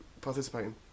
participating